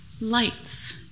lights